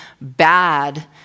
bad